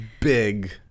big